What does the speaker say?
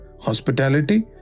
hospitality